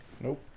Nope